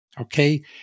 okay